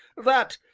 that,